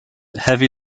heavy